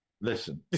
Listen